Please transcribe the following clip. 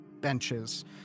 benches